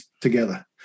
together